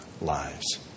lives